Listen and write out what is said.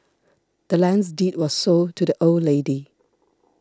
the land's deed was sold to the old lady